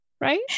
right